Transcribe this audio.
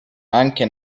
anche